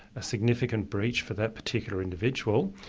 a significant breach for that particular individual,